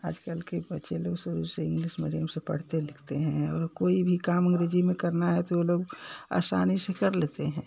आजकल के बच्चे लोग शुरू से इंग्लिस मीडियम से पढ़ते लिखते हैं और कोई भी काम अंग्रेजी में करना है तो वो लोग आसानी से कर लेते हैं